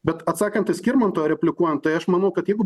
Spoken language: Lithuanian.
bet atsakant į skirmanto replikuojant tai aš manau kad jeigu